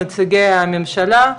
נציגי הממשלה,